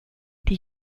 die